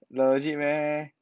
legit meh